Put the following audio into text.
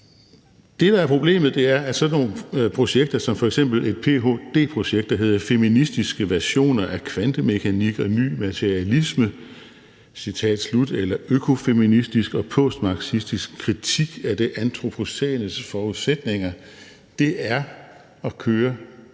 Det, der er problemet, er, sådan nogle projekter som f.eks. en ph.d.-opgave, der hedder »Feministiske versioner af kvantemekanik og ny materialisme« eller »Økofeministisk og postmarxistisk kritik af det antropocænes forudsætninger«, kører